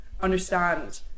understand